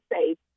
safe